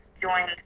joined